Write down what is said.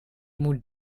moet